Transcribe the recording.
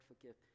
forgive